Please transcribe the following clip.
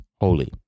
holy